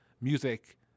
music